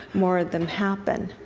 more of them happen.